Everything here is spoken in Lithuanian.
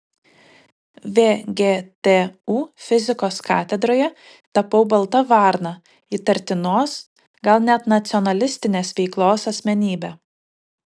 vgtu fizikos katedroje tapau balta varna įtartinos gal net nacionalistinės veiklos asmenybe